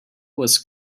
was